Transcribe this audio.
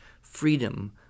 freedom